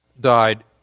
died